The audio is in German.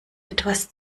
etwas